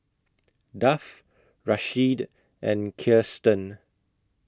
Duff Rasheed and Kiersten